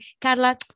Carla